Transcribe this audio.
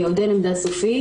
עוד אין עמדה סופית.